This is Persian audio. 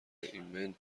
ایمن